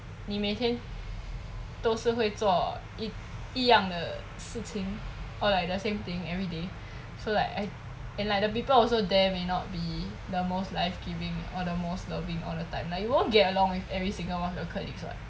你每天都是会做一一样的事情 or like the same thing everyday so like I like and like the people also there may not be the most life giving or the most loving all the time like you won't get along with every single one of your colleagues [what]